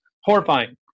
Horrifying